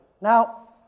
Now